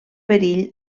perill